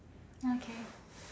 okay